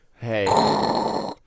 Hey